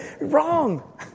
Wrong